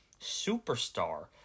superstar